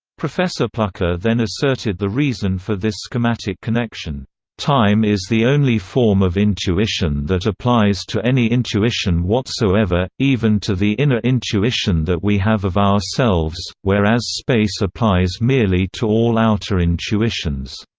professor pluhar then asserted the reason for this schematic connection time is the only form of intuition that applies to any intuition whatsoever, even to the inner intuition that we have of ourselves, whereas space applies merely to all outer intuitions.